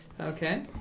Okay